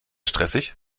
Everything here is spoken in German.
stressig